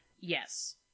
yes